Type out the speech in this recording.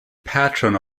patron